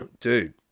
Dude